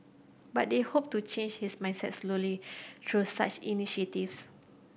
but they hope to change his mindset slowly through such initiatives